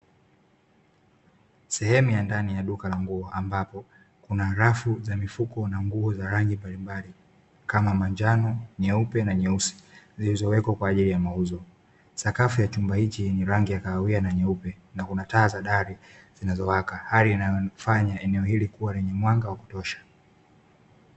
Sehemu ya ndani ya duka la nguo ambapo kuna rafu za mifuko na nguo za rangi mbalimbali kama manjano, nyeupe na nyeusi zilizowekwa kwa ajili ya mauzo. Sakafu ya chumba hiki yenye rangi ya kahawia na nyeupe na kuna taa za dari zinazowaka, hali inayofanya eneo hili kuwa lenye mwanga wa kutosha.